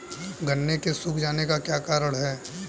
गन्ने के सूख जाने का क्या कारण है?